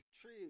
True